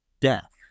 death